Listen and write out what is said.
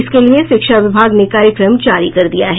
इसके लिये शिक्षा विभाग ने कार्यक्रम जारी कर दिया है